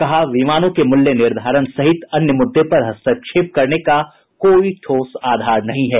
कहा विमानों के मूल्य निर्धारण सहित अन्य मुद्दे पर हस्तक्षेप करने का कोई ठोस आधार नहीं है